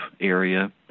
area